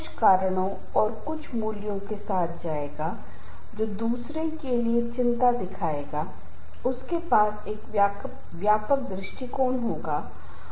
कुछ उदाहरण यहाँ उदाहरण के लिए कहते हैं जिस संगठन में आप काम करते हैं वह संरचना बहुत ही आधिकारिक प्रकार की है और आपको अपनी नौकरी में निर्णय लेने की कोई स्वतंत्रता नहीं है इससे निराशा पैदा हो सकती है जैसे नेतृत्व निरंकुश है वह लोकतांत्रिक निर्णय नही करता है